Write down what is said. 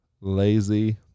lazy